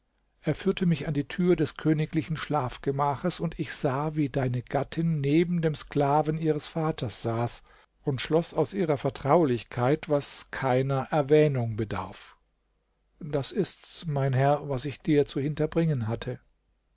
er führte mich an die türe des königlichen schlafgemaches und ich sah wie deine gattin neben dem sklaven ihres vaters saß und schloß aus ihrer vertraulichkeit was keiner erwähnung bedarf das ist's mein herr was ich dir zu hinterbringen hatte